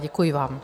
Děkuji vám.